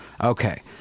Okay